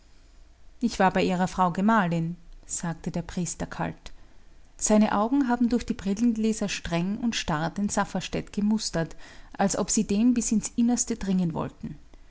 ich war bei ihrer frau gemahlin sagte der priester kalt seine augen haben durch die brillengläser streng und starr den safferstätt gemustert als ob sie dem bis ins innerste dringen wollten